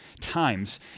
times